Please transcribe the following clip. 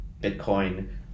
Bitcoin